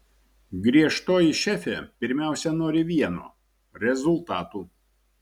griežtoji šefė pirmiausia nori vieno rezultatų